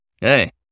Hey